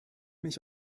mich